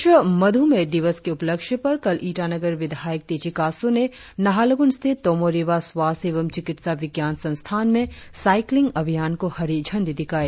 विश्व मध्रमेह दिवस के उपलक्ष्य पर ईटानगर विधायक तेची कासो ने कल नाहरलगुन स्थित तोमो रिबा स्वास्थ्य एवं चिकित्सा विज्ञान संस्थान में साईक्लिंग अभियान को हरी झंडी दिखाई